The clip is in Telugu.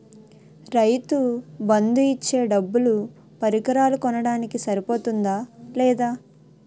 రైతు బందు ఇచ్చే డబ్బులు పరికరాలు కొనడానికి సరిపోతుందా లేదా?